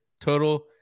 total